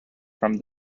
from